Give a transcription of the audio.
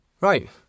Right